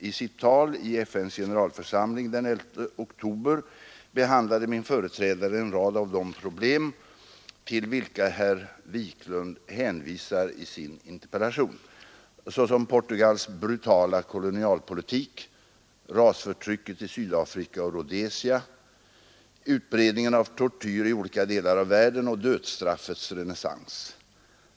I sitt tal i FN:s generalförsamling den 11 oktober behandlade min företrädare en rad av de problem, till vilka herr Wiklund hänvisar i sin interpellation, såsom Portugals brutala kolonialpolitik, rasförtrycket i Sydafrika och Rhodesia, utredningen av tortyr i olika delar av världen och dödsstraffets renässans.